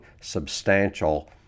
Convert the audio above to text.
substantial